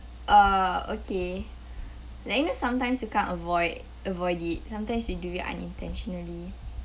uh okay like you know sometimes you can't avoid avoid it sometimes you do it unintentionally